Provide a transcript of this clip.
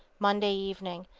monday evening,